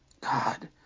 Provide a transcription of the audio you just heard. God